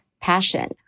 passion